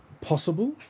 possible